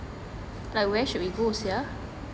like where should we go sia